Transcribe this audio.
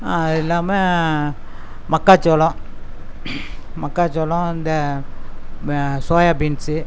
அது இல்லாமல் மக்காச்சோளம் மக்காச்சோளம் இந்த சோயா பீன்ஸ்